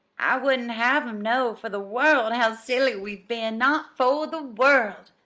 i wouldn't have em know for the world how silly we've been not for the world!